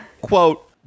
quote